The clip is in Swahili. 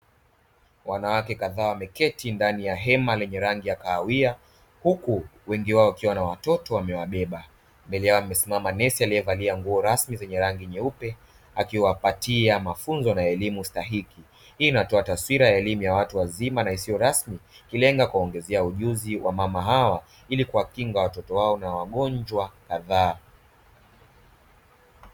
Wanawake kadhaa wameketi ndani ya hema lenye rangi ya kahawia huku wengi wao wakiwa na watoto wamewabeba mbele yao amesimama nesi aliyevalia nguo rasmi zenye rangi nyeupe akiwapatia mafunzo na elimu stahiki. Hii inatoa taswira ya elimu ya watu wazima na isiyo rasmi ikilenga kuwaongezea ujuzi wamama hawa ili kuwakinga watoto wao na wagonjwa kadhaa.